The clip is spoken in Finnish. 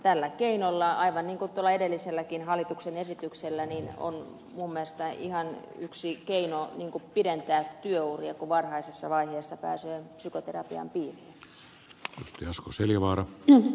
tämä keino aivan niin kuin tuo edellinenkin hallituksen esitys on minun mielestäni ihan yksi tapa pidentää työuria kun varhaisessa vaiheessa pääsee psykoterapian piiriin